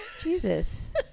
jesus